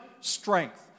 strength